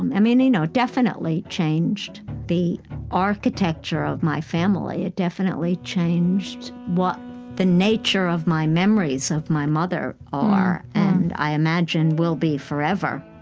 um mean, it you know definitely changed the architecture of my family. it definitely changed what the nature of my memories of my mother are, and i imagine, will be forever.